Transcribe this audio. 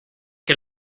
que